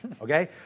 Okay